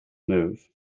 move